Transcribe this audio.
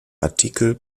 artikel